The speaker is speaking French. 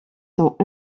sont